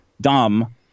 dumb